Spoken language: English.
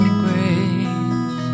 grace